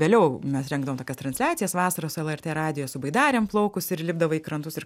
vėliau mes rengdavom tokias transliacijas vasaros lrt radijo su baidarėm plaukus ir lipdavai į krantus ir